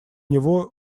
него